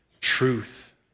truth